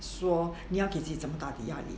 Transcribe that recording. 说你要给自己这么大的压力